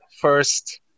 first